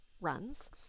runs